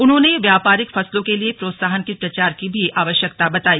उन्होंने व्यापारिक फसलों के प्रोत्साहन के प्रचार की भी आवश्यकता बताई